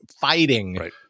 fighting